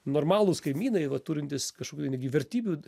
normalūs kaimynai va turintys kažkokių netgi vertybių